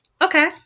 Okay